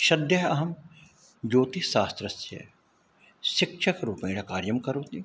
सद्यः अहं ज्योतिषशास्त्रस्य शिक्षक रूपेण कार्यं करोति